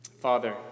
Father